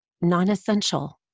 non-essential